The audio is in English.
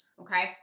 Okay